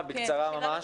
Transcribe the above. הלאה, בכל זאת שאלה לרחל.